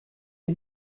les